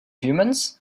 humans